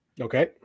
okay